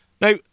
Now